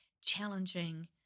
challenging